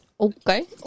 Okay